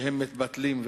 שהם מתבטלים,